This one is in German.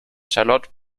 charlotte